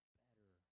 better